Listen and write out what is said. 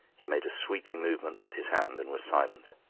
he made a sweeping movement with his hand and was silent.